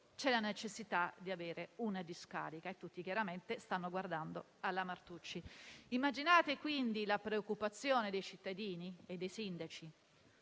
è la necessità di avere una discarica e tutti chiaramente stanno guardando alla Martucci. Immaginate quindi la preoccupazione dei cittadini e dei sindaci.